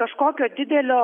kažkokio didelio